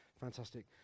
Fantastic